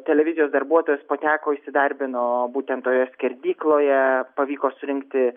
televizijos darbuotojas pateko įsidarbino būtent toje skerdykloje pavyko surinkti